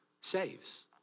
saves